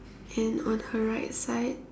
and on her right side